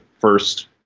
first